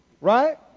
right